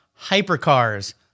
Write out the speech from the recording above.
hypercars